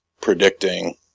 predicting